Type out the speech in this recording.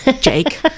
Jake